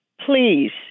please